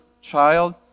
child